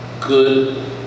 good